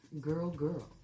girl-girl